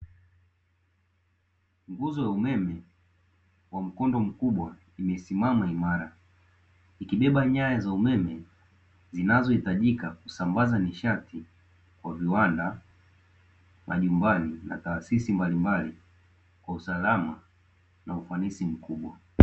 Nguzo ya umeme wa mkondo mkubwa imesimama imara, ikibeba nyaya za umeme zinazohitajika kusambaza nishati kwa viwanda, majumbani na taasisi mbalimbali kwa usalama na ufanisi mkubwa.